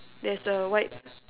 there's a white